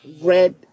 red